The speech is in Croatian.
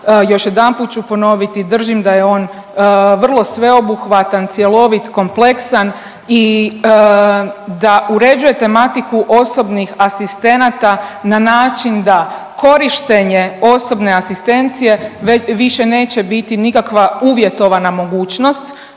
još jedanput ću ponoviti držim da je on vrlo sveobuhvatan, cjelovit, kompleksan i da uređuje tematiku osobnih asistenata na način da korištenje osobne asistencije više neće biti nikakva uvjetovana mogućnost,